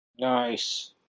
Nice